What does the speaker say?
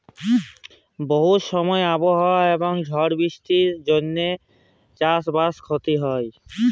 বহু সময় আবহাওয়া এবং ঝড় বৃষ্টির জনহে চাস বাসে ক্ষতি হয়